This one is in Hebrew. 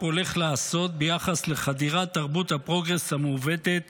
הולך לעשות ביחס לחדירת תרבות הפרוגרס המעוותת